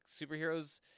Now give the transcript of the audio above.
superheroes